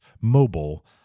mobile